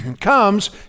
comes